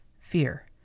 fear